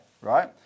right